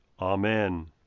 Amen